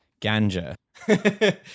Ganja